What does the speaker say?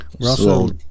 Russell